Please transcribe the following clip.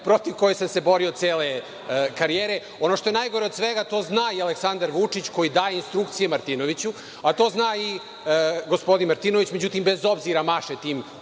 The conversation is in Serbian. protiv koje sam se borio cele karijere. Ono što je najgore od svega to zna i Aleksandar Vučić koji daje instrukcije Martinoviću, a to zna i gospodin Martinović, međutim, bez obzira maše tim